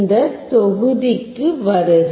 இந்த தொகுதிக்கு வருக